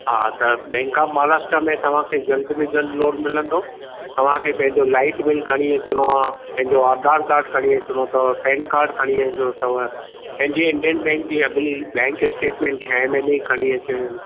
हा त bank of Maharashtra में तव्हां खे जल्द में जल्द लोन मिलंदो तव्हां खे पंहिंजो लाइट बिल खणी अचणो आहे पंहिंजो आधार कार्ड खणी अचणो अथव पैन कार्ड खणी अचणो अथव पंहिंजी इंडियन बैंक जी अॻिली बैंक स्टेटमेंट छहें महिने जी खणी अचणी आहे